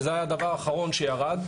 וזה היה הדבר האחרון שירד,